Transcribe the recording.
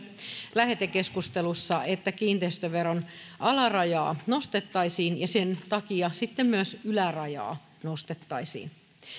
lähetekeskustelussa että kiinteistöveron alarajaa nostettaisiin ja sen takia sitten myös ylärajaa nostettaisiin